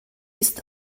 ist